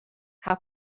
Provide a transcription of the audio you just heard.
how